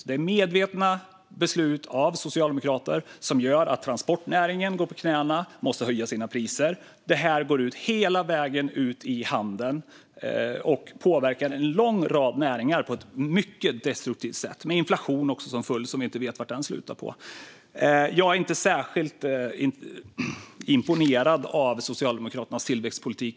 Det är medvetna beslut av Socialdemokraterna som gör att transportnäringen går på knäna och måste höja sina priser, vilket går hela vägen ut till handeln och påverkar en lång rad näringar på ett mycket destruktivt sätt. Det påverkar också inflationen, och där vet vi inte var det slutar. Just nu är jag inte särskilt imponerad av Socialdemokraternas tillväxtpolitik.